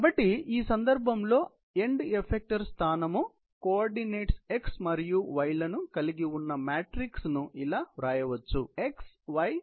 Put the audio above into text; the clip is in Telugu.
కాబట్టి ఈ సందర్భంలో ఎండ్ ఎఫక్టర్ స్థానము కోఆర్డినేట్స్ x మరియు y లను కలిగి ఉన్న మ్యాట్రిక్స్ ను ఇలా వ్రాయవచ్చు x y 1